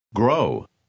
Grow